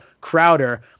Crowder